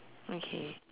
okay